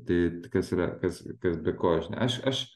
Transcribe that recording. tai kas yra kas kas be ko aš aš